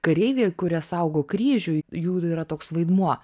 kareiviai kurie saugo kryžių jų yra toks vaidmuo